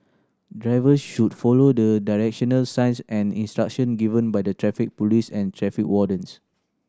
drivers should follow the directional signs and instructions given by the Traffic Police and traffic wardens